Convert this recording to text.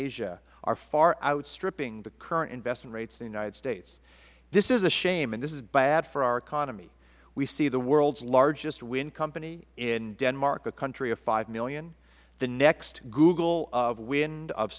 asia are far outstripping the current investment rates in the united states this is a shame and this is bad for our economy we see the world's largest wind company in denmark a country of five million the next google of wind